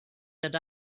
that